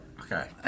Okay